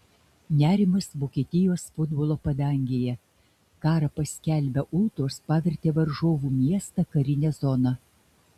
nerimas vokietijos futbolo padangėje karą paskelbę ultros pavertė varžovų miestą karine zona